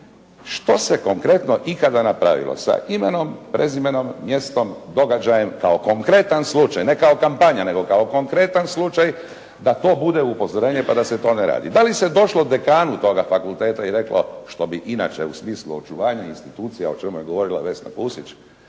Što se konkretno ikada napravilo sa imenom, prezimenom, mjestom, događajem kao konkretan slučaj, ne kao kampanja, nego kao konkretan slučaj da to bude upozorenje pa da se to ne radi. Dali se došlo dekanu toga fakulteta i reklo što bi inače u smislu očuvanja institucija o čemu je govorila Vesna Pusić,